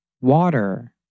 water